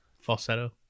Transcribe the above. falsetto